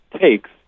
takes